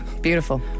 Beautiful